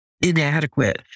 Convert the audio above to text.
inadequate